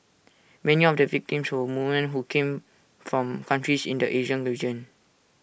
many of the victims were women who came from countries in the Asian region